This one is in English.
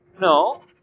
No